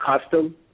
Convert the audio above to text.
custom